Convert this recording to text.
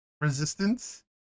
resistance